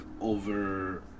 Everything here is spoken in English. over